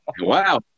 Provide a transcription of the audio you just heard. Wow